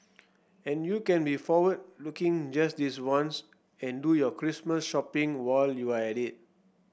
and you can be forward looking just this once and do your Christmas shopping while you're at it